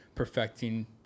Perfecting